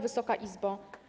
Wysoka Izbo!